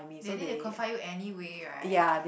then they confine you anyway right